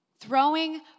throwing